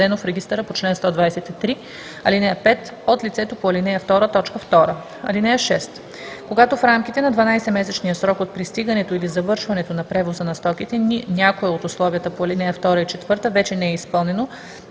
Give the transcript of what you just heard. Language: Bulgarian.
Когато в рамките на 12-месечния срок от пристигането или завършването на превоза на стоките някое от условията по ал. 2 и 4 вече не е изпълнено,